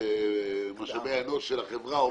משאבי האנוש של החברה,